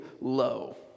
low